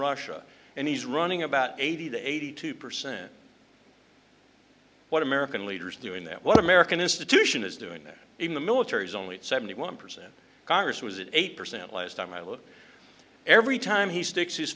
russia and he's running about eighty to eighty two percent what american leaders are doing that what american institution is doing that even the military is only seventy one percent congress was it eight percent last time i looked every time he sticks his